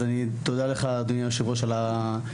אז תודה לך אדוני היושב ראש על הוועדה.